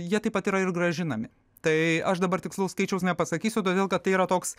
jie taip pat yra ir grąžinami tai aš dabar tikslaus skaičiaus nepasakysiu todėl kad tai yra toks